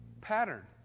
pattern